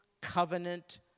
covenant